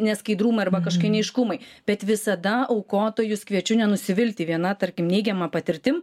neskaidrumai arba kažkokie neaiškumai bet visada aukotojus kviečiu nenusivilti viena tarkim neigiama patirtim